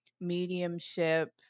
mediumship